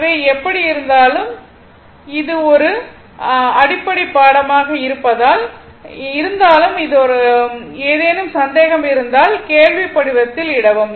எனவே எப்படி இருந்தாலும் இது ஒரு அடிப்படை பாடமாக இருப்பதால் ஏதேனும் சந்தேகம் இருந்தால் கேள்வி படிவத்தில் இடவும்